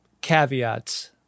caveats